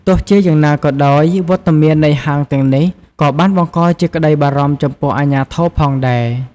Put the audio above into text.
ទោះជាយ៉ាងណាក៏ដោយ វត្តមាននៃហាងទាំងនេះក៏បានបង្កជាក្តីបារម្ភចំពោះអាជ្ញាធរផងដែរ។